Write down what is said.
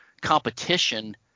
competition